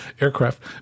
aircraft